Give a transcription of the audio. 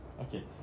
Okay